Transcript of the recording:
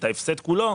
את ההפסד כולו,